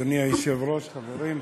אדוני היושב-ראש, חברים,